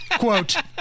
Quote